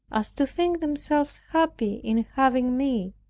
as to think themselves happy in having me,